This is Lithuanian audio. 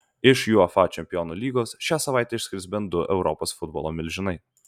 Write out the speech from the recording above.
iš uefa čempionų lygos šią savaitę iškris bent du europos futbolo milžinai